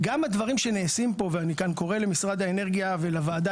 גם הדברים שנעשים פה ואני כאן קורא למשרד האנרגיה ולוועדה